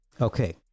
Okay